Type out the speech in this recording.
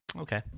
Okay